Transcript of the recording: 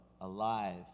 alive